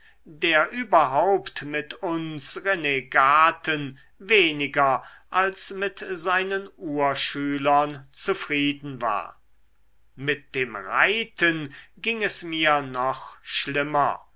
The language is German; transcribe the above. der überhaupt mit uns renegaten weniger als mit seinen urschülern zufrieden war mit dem reiten ging es mir noch schlimmer